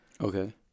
Okay